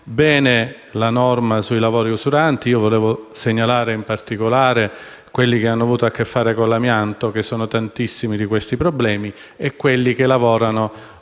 Bene la norma sui lavori usuranti. Vorrei segnalare in particolare quelli che hanno avuto a che fare con l'amianto - che sono tantissimi - e quelli che lavorano